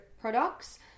products